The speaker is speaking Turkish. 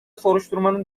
soruşturmanın